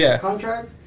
contract